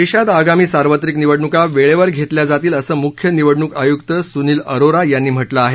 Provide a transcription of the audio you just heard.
देशात आगामी सार्वत्रिक निवडणूका वेळेवर घेतल्या जातील असं मुख्य निवडणूक आयुक्त सुनील अरोरा यांनी म्हटलं आहे